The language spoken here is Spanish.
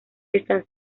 están